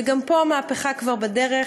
וגם פה המהפכה כבר בדרך,